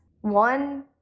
one